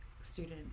student